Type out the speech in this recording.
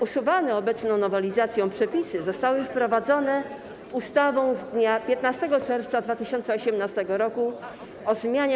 Usuwane obecną nowelizacją przepisy zostały wprowadzone ustawą z dnia 15 czerwca 2018 r. o zmianie